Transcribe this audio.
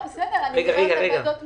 בסדר, אני מדברת על ועדות תמיכה.